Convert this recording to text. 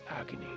agony